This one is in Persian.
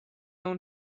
اون